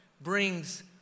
brings